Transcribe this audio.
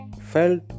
felt